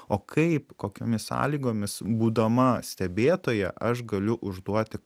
o kaip kokiomis sąlygomis būdama stebėtoja aš galiu užduoti